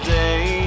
day